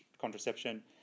contraception